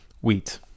wheat